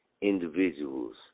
individuals